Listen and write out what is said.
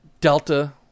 Delta